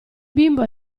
bimbo